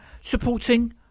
supporting